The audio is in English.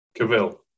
Cavill